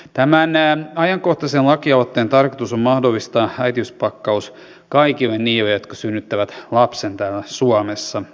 tämän ajankohtaisen lakialoitteen tarkoitus on mahdollistaa äitiyspakkaus kaikille niille jotka synnyttävät lapsen täällä suomessa